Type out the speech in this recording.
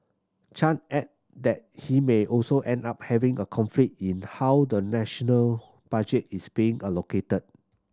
Chan add that we may also end up having a conflict in how the national budget is being allocated